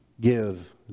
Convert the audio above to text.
give